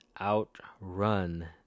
outrun